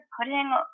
putting